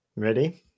Ready